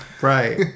right